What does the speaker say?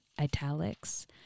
italics